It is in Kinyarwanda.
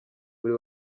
buri